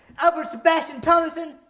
albert sebastian thomason!